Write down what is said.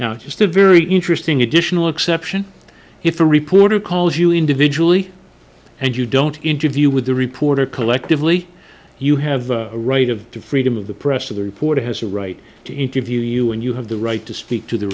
now just a very interesting additional exception if a reporter calls you individually and you don't interview with a reporter collectively you have a right of the freedom of the press to the reporter has a right to interview you and you have the right to speak to the